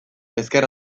ezker